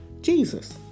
Jesus